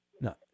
No